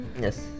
Yes